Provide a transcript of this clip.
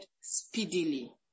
speedily